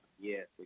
Yes